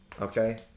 Okay